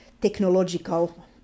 technological